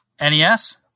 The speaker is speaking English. NES